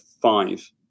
five